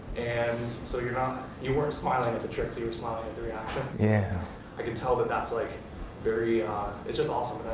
and so you know you weren't smiling at the tricks. you were smiling at the reactions. yeah i could tell that's like very it's just awesome.